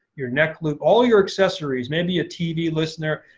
your neck loop, all your accessories, maybe a tv listener,